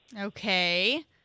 Okay